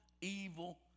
evil